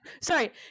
Sorry